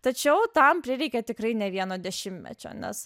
tačiau tam prireikė tikrai ne vieno dešimtmečio nes